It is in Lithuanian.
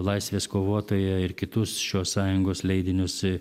laisvės kovotoją ir kitus šios sąjungos leidinius